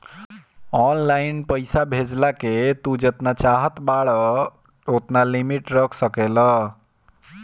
online पईसा भेजला के तू जेतना चाहत बाटअ ओतना लिमिट रख सकेला